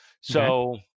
So-